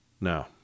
Now